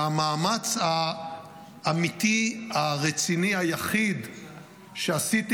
והמאמץ האמיתי הרציני היחיד שעשיתי,